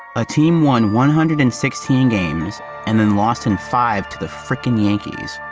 a team won one hundred and sixteen games and then lost in five to the frickin' yankees.